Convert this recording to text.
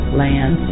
land